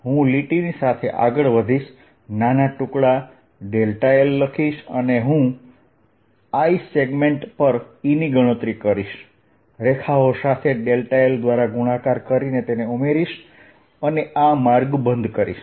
હું લીટીની સાથે આગળ વધીશ નાના ટુકડા l લખીશ અને હું i સેગમેન્ટ પર E ની ગણતરી કરીશ રેખાઓ સાથે l દ્વારા ગુણાકાર કરીને તેને ઉમેરીશ અને આ માર્ગ બંધ કરીશ